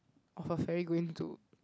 of a ferry going to